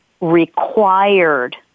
required